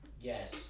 Yes